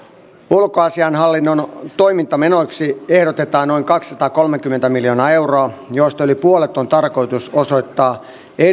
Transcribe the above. ulkoasiainhallinnon toimintamenoiksi ehdotetaan noin kaksisataakolmekymmentä miljoonaa euroa joista yli puolet on tarkoitus osoittaa